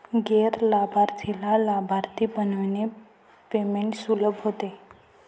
गैर लाभार्थीला लाभार्थी बनविल्याने पेमेंट सुलभ होते